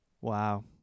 Wow